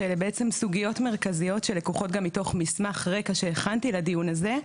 שאלה בעצם סוגיות מרכזיות שלקוחות גם מתוך מסמך רקע שהכנתי לדיון הזה,